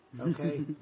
Okay